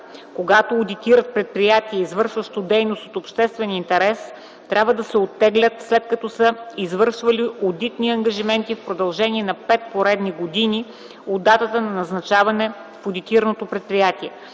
когато одитират предприятие, извършващо дейност от обществен интерес, трябва да се оттеглят, след като са имали одитни ангажименти в продължение на пет поредни години от датата на назначаване в одитираното предприятие.